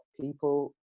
people